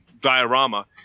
diorama